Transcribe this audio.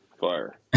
Fire